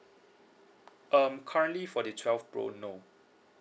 um currently for the twelve pro no